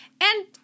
and-